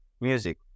music